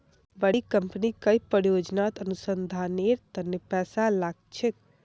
बड़ी कंपनी कई परियोजनात अनुसंधानेर तने पैसा लाग छेक